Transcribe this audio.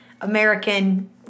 american